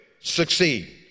succeed